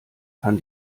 kann